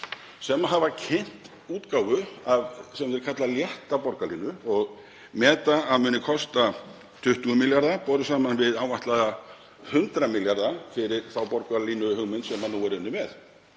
sem hafa kynnt útgáfu sem þau kalla létta borgarlínu og meta að muni kosta 20 milljarða borið saman við áætlaða 100 milljarða fyrir þá borgarlínuhugmynd sem nú er unnið með,